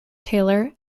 taylor